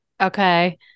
Okay